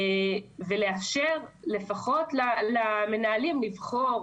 ולאפשר לפחות למנהלים לבחור